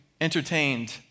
entertained